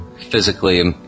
physically